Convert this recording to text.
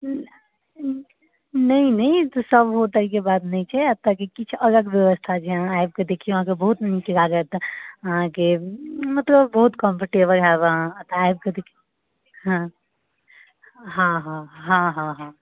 नहि नहि तऽ सबुतक बात नहि छै एतऽ कऽ किछु अलग व्यवस्था छै अहाँ आबिके देखिऔ अहाँकेँ बहुत नीक लागत अहाँकेँ मतलब बहुत कम्फर्टेबल होयब अहाँ एतऽ आबि कऽ देखिऔ हँ हँ हँ हँ हँ हँ